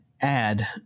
add